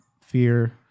fear